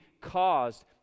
caused